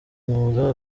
umwuga